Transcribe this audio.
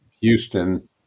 Houston